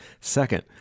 Second